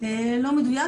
לא מדויק,